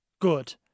good